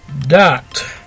dot